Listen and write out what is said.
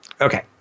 Okay